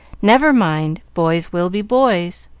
never mind boys will be boys.